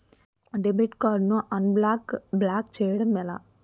Debit card ను unblock block చేయటం ఎలా?